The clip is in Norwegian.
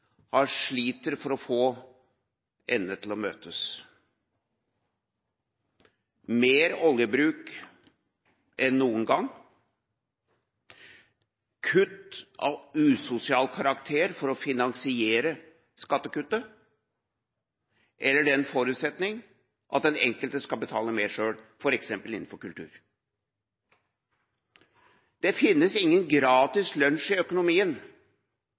regjeringa sliter for å få endene til å møtes. Det er mer oljepengebruk enn noen gang, kutt av usosial karakter for å finansiere skattekuttet, eller den forutsetning at den enkelte skal betale mer selv, f.eks. innenfor kultur. Det finnes ingen gratis lunsj i økonomien.